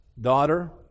daughter